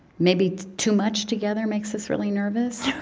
maybe too much together makes us really nervous